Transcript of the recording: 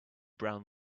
brown